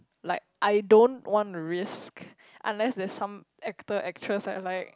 like I don't want risks unless there some actors actual are like